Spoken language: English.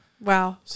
Wow